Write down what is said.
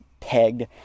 pegged